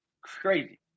crazy